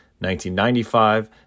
1995